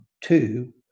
two